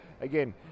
again